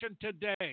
today